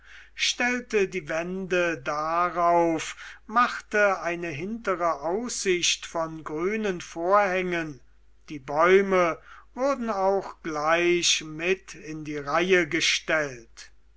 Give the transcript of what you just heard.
stellte die wände darauf machte eine hintere aussicht von grünen vorhängen die bäume wurden auch gleich mit in die reihe gestellt